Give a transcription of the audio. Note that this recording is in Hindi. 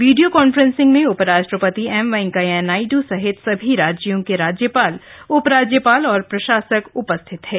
वीडियो कॉन्फ्रेंसिंग में उपराष्ट्रपति एम वेंकैया नायडू सहित सभी राज्यों के राज्यपाल उपराज्यपाल और प्रशासक उपस्थित थे